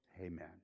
amen